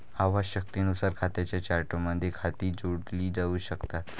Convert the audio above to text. आवश्यकतेनुसार खात्यांच्या चार्टमध्ये खाती जोडली जाऊ शकतात